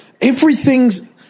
Everything's